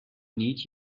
need